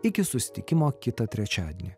iki susitikimo kitą trečiadienį